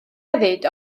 hefyd